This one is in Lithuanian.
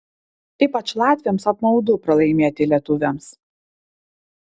ypač latviams apmaudu pralaimėti lietuviams